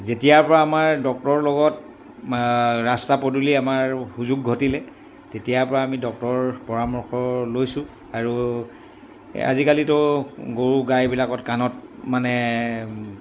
যেতিয়াৰ পৰা আমাৰ ডক্তৰৰ লগত ৰাস্তা পদূলি আমাৰ সুযোগ ঘটিলে তেতিয়াৰ পৰা আমি ডক্তৰৰ পৰামৰ্শ লৈছোঁ আৰু আজিকালিতো গৰু গাইবিলাকত কাণত মানে